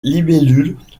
libellules